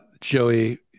Joey